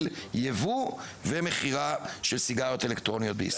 יבוא ומכירה של סיגריות אלקטרוניות בישראל.